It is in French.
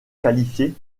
qualifiés